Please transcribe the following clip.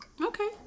okay